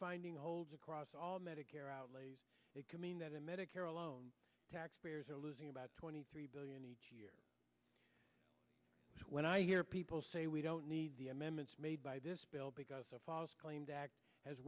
finding holds across all medicare outlays it could mean that the medicare alone taxpayers are losing about twenty three billion a year when i hear people say we don't need the amendments made by this bill because the false claims act has